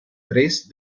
tres